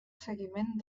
seguiment